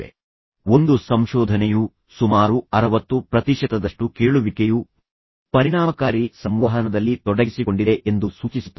ಆದ್ದರಿಂದ ಒಂದು ಸಂಶೋಧನೆಯು ಸುಮಾರು 60 ಪ್ರತಿಶತದಷ್ಟು ಕೇಳುವಿಕೆಯು ಪರಿಣಾಮಕಾರಿ ಸಂವಹನದಲ್ಲಿ ತೊಡಗಿಸಿಕೊಂಡಿದೆ ಎಂದು ಸೂಚಿಸುತ್ತದೆ